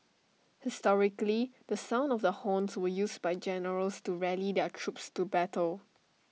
historically the sound of the horns were used by generals to rally their troops to battle